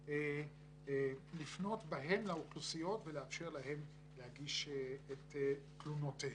לפנות בהם לאוכלוסיות ולאפשר להם להגיש את תלונותיהם.